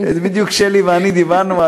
בדיוק שלי ואני דיברנו,